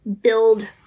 build